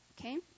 Okay